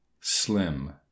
Slim